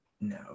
No